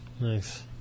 Nice